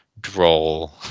droll